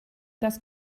das